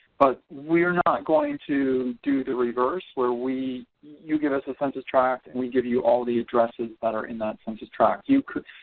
but we're not going to do the reverse where we you give us a census tract and we give you all the addresses that are in that census tract. you could,